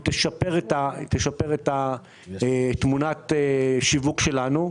היא תשפר את תמונת השיווק שלנו.